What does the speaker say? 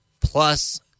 plus